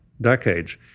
decades